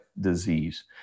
disease